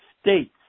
states